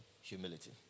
humility